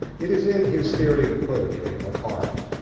it is in his theory of poetry, of art,